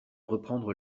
reprendre